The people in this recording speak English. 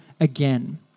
again